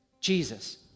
Jesus